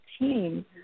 team